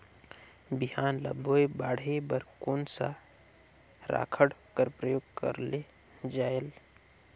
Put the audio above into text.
बिहान ल बोये बाढे बर कोन सा राखड कर प्रयोग करले जायेल?